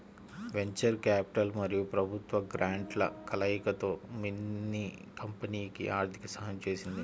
venture capital మరియు ప్రభుత్వ గ్రాంట్ల కలయికతో మిన్నీ కంపెనీకి ఆర్థిక సహాయం చేసింది